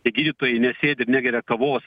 tie gydytojai nesėdi ir negeria kavos